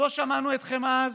לא שמענו אתכם אז